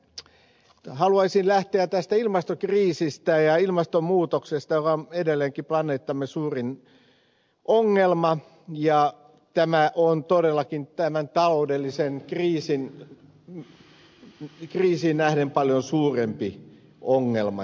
tässä haluaisin lähteä tästä ilmastokriisistä ja ilmastonmuutoksesta joka on edelleenkin planeettamme suurin ongelma ja joka on todellakin tähän taloudelliseen kriisiin nähden paljon suurempi ongelma